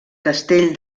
castell